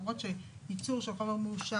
למרות שייצור של חומר מאושר,